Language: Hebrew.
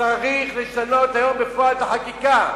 צריך לשנות היום בפועל את החקיקה,